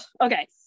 Okay